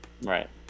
Right